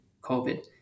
COVID